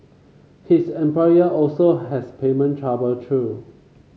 his employer also has payment trouble though